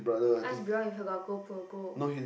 ask Bion if he got go pro go